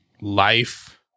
life